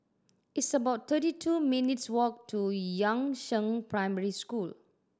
it's about thirty two minutes' walk to Yangzheng Primary School